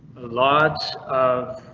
lot of